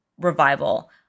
revival